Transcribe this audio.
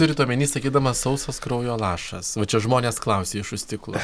turit omeny sakydamas sausas kraujo lašas va čia žmonės klausė iš už stiklo